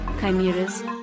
Chimeras